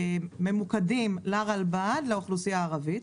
ממוקדים לרלב"ד לאוכלוסייה הערבית.